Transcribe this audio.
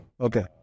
Okay